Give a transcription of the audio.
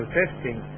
testing